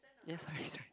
yes sorry sorry